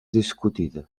discutida